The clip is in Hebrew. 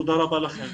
תודה רבה לכם.